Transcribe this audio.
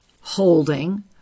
holding